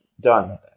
Done